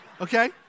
Okay